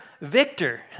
victor